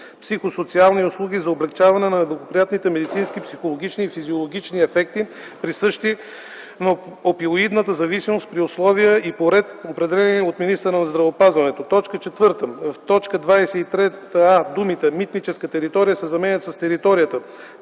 психосоциални услуги за облекчаване на неблагоприятните медицински, психологични и физиологични ефекти, присъщи на опиоидната зависимост, при условия и по ред, определени от министъра на здравеопазването.” 4. В т. 23а думите „митническата територия” се заменят с „територията”.